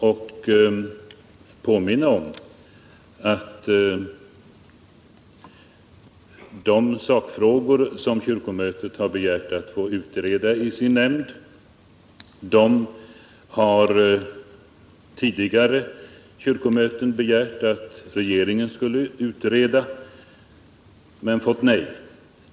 Jag vill påminna om att de sakfrågor som kyrkomötet har begärt att få utreda i sin nämnd har tidigare kyrkomöten begärt att regeringen skulle utreda, men fått nej.